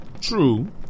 True